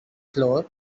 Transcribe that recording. flour